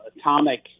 atomic